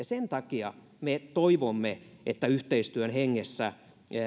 sen takia me toivomme että yhteistyön hengessä